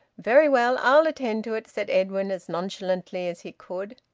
very well. i'll attend to it, said edwin, as nonchalantly as he could.